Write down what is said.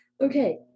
Okay